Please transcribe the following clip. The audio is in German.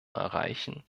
erreichen